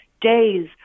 days